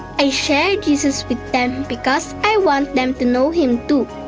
i shared jesus with them because i want them to know him, too.